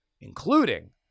including